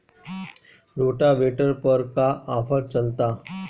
Rotavator पर का offer चलता?